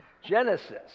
Genesis